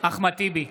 אחמד טיבי,